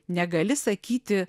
negali sakyti